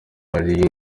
ali